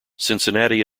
cincinnati